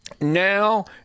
Now